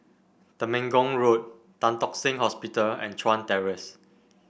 Temenggong Road Tan Tock Seng Hospital and Chuan Terrace